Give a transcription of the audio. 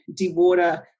dewater